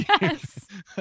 Yes